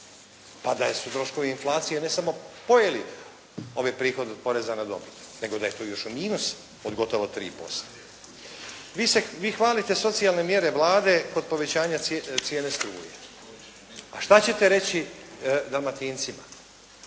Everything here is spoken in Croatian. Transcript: pa da su troškovi inflacije ne samo pojeli ovaj prihod od poreza na dobit, nego da je tu još u minus od gotovo 3%. Vi hvalite socijalne mjere Vlade kod povećanja cijene struje, a što ćete reći dalmatincima.